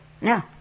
No